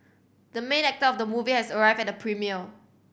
the main actor of the movie has arrived at the premiere